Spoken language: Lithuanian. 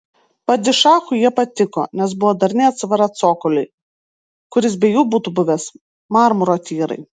padišachui jie patiko nes buvo darni atsvara cokoliui kuris be jų būtų buvęs marmuro tyrai